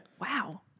Wow